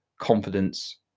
confidence